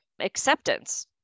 acceptance